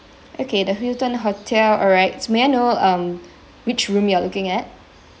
okay the hilton hotel alright may I know um which room you are looking at